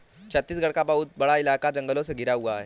छत्तीसगढ़ का बहुत बड़ा इलाका जंगलों से घिरा हुआ है